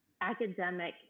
academic